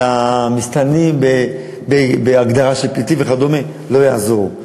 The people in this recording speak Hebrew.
למסתננים בהגדרה של פליטים וכדומה לא יעזור,